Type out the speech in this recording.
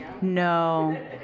No